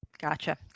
Gotcha